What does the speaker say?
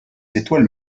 étoiles